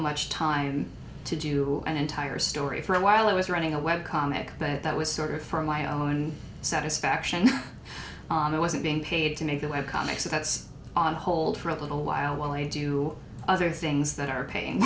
much time to do an entire story for a while i was running a web comic that was sort of for my own satisfaction on i wasn't being paid to make the webcomic so that's on hold for a little while while i do other things that are paying